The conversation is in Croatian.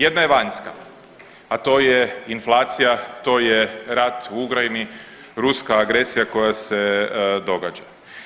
Jedna je vanjska, a to je inflacija, to je rat u Ukrajini, ruska agresija koja se događa.